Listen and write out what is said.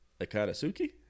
Akatsuki